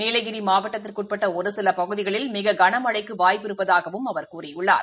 நீலகிரி மாவட்டத்திற்கு உட்பட்ட ஒரு சில பகுதிகளில் மிக களமழைக்கு வாய்ப்பு இருப்பதாகவும் அது கூறியுள்ளது